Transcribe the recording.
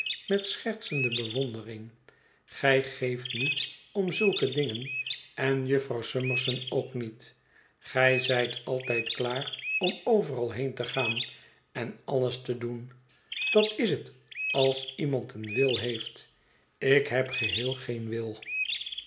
met schertsende bewondering gij geeft niet om zulke dingen en jufvrouw summerson ook niet gij zijt altijd klaar om overal heen te gaan en alles te doen dat is het als iemand een wil heeft ik heb geheel geen wil